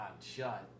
shut